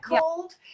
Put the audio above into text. cold